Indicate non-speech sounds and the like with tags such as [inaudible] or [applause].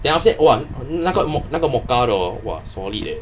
then after !wah! [noise] 那个 mocha 那个 mo~ mocha 的 hor !wah! solid